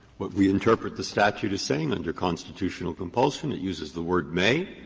what we interpret the statute as saying under constitutional compulsion, it uses the word may,